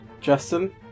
Justin